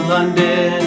London